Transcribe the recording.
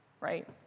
Right